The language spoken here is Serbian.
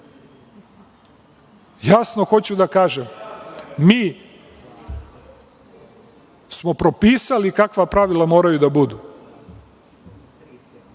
hoću da kažem - mi smo propisali kakva pravila moraju da budu.